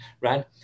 Right